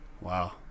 Wow